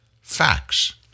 facts